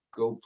go